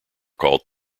called